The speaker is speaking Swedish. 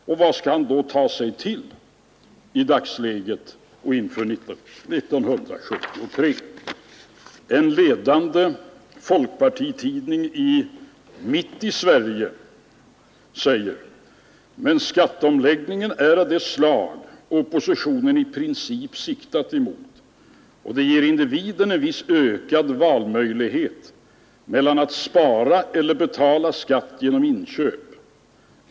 Och vad skall han då ta sig till i dagsläget och inför 9737 En ledande folkpartitidning mitt i Sverige säger: ”Men skatteomläggningen är av det slag oppositionen i princip siktar emot och det ger individen en viss ökad valmöjlighet mellan att spara eller betala skatt genom inköp.